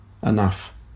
enough